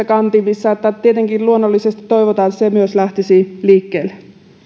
kantimissa eli tietenkin luonnollisesti toivotaan että myös se lähtisi liikkeelle